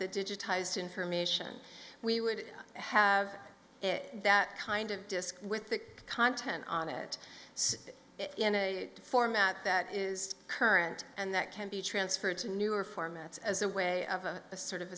the digitized information we would have it that kind of disk with the content on it so in a format that is current and that can be transferred to newer formats as a way of a sort of